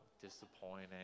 Disappointing